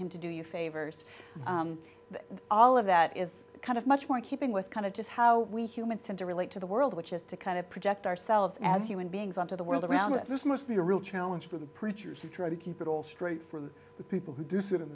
him to do you favors all of that is kind of much more keeping with kind of just how we humans tend to relate to the world which is to kind of project ourselves as human beings onto the world around us this must be a real challenge for the preachers to try to keep it all straight from the people who do sit in